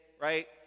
right